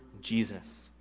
Jesus